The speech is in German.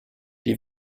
die